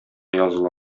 языла